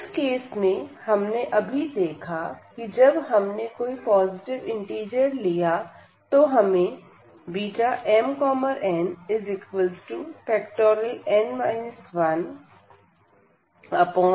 इस केस में हमने अभी देखा कि जब हमने कोई पॉजिटिव इंटिजर लिया तो हमें Bmnn 1